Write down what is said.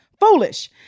foolish